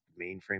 mainframe